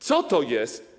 Co to jest?